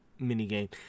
minigame